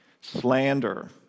slander